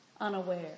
unaware